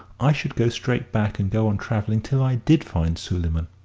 i should go straight back and go on travelling till i did find suleyman.